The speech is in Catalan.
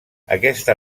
aquesta